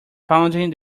founding